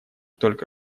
только